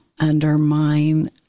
undermine